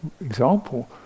example